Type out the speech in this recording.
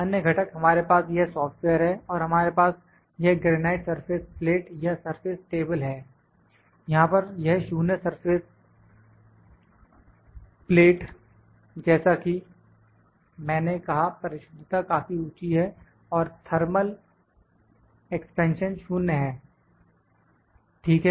अन्य घटक हमारे पास यह सॉफ्टवेयर है और हमारे पास यह ग्रेनाइट सरफेस प्लेट या सरफेस टेबल है यहां पर यह 0 सरफेस प्लेट जैसा कि मैंने कहा परिशुद्धता काफी ऊंची है और थर्मल एक्सपेंशन 0 है ठीक है